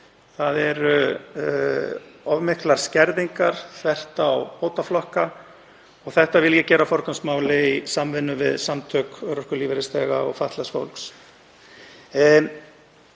Það eru of miklar skerðingar þvert á bótaflokka. Þetta vil ég gera forgangsmáli í samvinnu við samtök örorkulífeyrisþega og fatlaðs fólks.